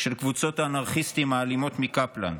של קבוצות האנרכיסטים האלימות מקפלן.